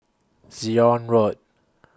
Zion Road